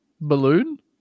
balloon